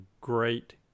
great